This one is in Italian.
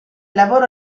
lavoro